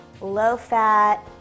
low-fat